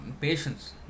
Patience